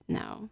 now